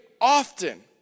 often